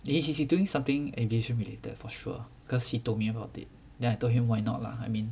it is he's doing something aviation related for sure cause he told me about it then I told him why not lah I mean